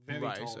Right